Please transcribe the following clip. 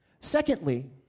Secondly